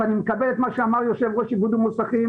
ואני מקבל את מה שאמר נציג לשכות המוסכים